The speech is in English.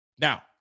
Now